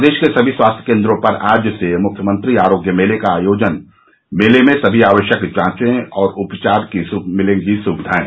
प्रदेश के सभी स्वास्थ्य केन्द्रों पर आज से मुख्यमंत्री आरोग्य मेले का आयोजन मेले में सभी आवश्यक जांचें और उपचार की मिलेंगी सुविधाएं